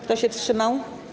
Kto się wstrzymał?